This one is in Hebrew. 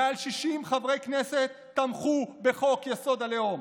מעל 60 חברי כנסת תמכו בחוק-יסוד: הלאום,